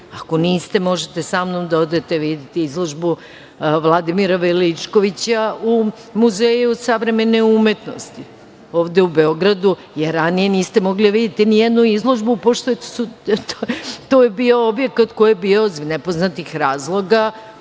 Ako niste, možete sa mnom da odete, da vidite izložbu Vladimira Veličkovića u Muzeju savremene umetnosti ovde u Beogradu, jer ranije niste mogli da vidite nijednu izložbu, pošto je to bio objekat koji je bio, iz nepoznatih razloga,